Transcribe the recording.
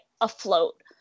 afloat